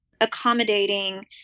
accommodating